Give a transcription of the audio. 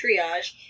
triage